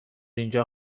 اینجا